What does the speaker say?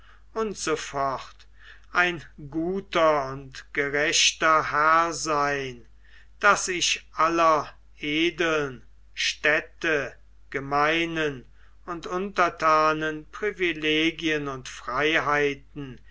s f ein guter und gerechter herr sein daß ich aller edeln städte gemeinen und unterthanen privilegien und freiheiten